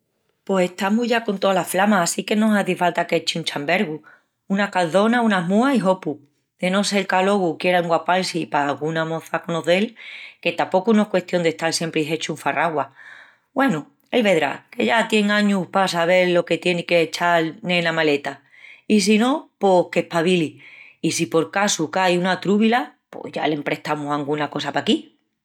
Pos estamus ya con tola flama assinque no hazi falta qu'echi un chambergu. Unas calçonas, unas múas i hopu! De no sel qu'alogu quiera enguapal-si pa anguna moça conocel. Que tapocu no es custión d'estal siempri hechu un farraguas. Güenu, él vedrá, que ya tien añus pa sabel lo que tieni qu'echal ena maleta. I si no pos qu'espabili. I si por casu cai una trúbila pos ya l'emprestamus anguna cosa paquí.